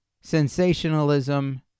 sensationalism